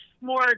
more